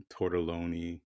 tortelloni